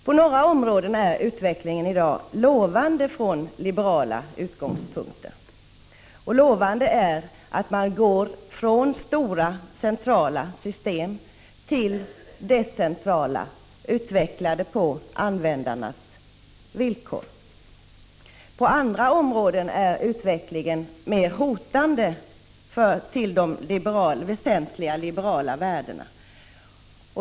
På några områden är utvecklingen i dag lovande från liberala utgångspunkter, och lovande är också att man går från stora, centrala system till decentraliserade, utvecklade på användarnas villkor. På andra områden är utvecklingen mer hotande mot de väsentliga liberala värdena.